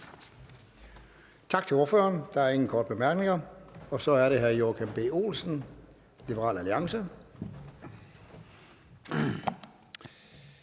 Tak til ordføreren. Der er ingen korte bemærkninger. Så er det hr. Joachim B. Olsen, Liberal Alliance.